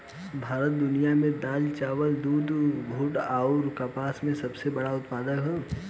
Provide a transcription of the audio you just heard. भारत दुनिया में दाल चावल दूध जूट आउर कपास के सबसे बड़ उत्पादक ह